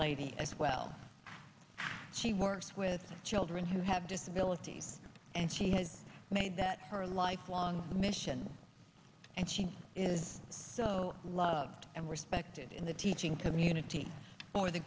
lady as well she works with children who have disabilities and she has made that her lifelong mission and she is so loved and respected in the teaching community for the